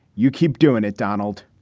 you keep doing it, donald.